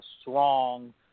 strong